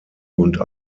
und